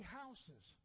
houses